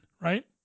right